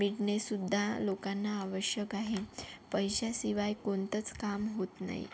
मिळणेसुद्धा लोकांना आवश्यक आहे पैशाशिवाय कोणतंच काम होत नाही